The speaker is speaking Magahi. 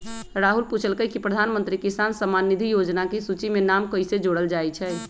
राहुल पूछलकई कि प्रधानमंत्री किसान सम्मान निधि योजना के सूची में नाम कईसे जोरल जाई छई